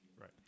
Right